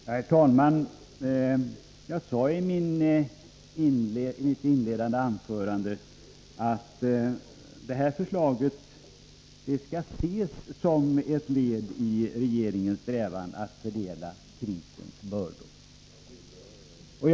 Herr talman! I mitt inledande anförande sade jag att det här förslaget skall ses som ett led i regeringens strävan att fördela krisens bördor.